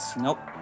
Nope